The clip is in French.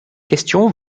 questions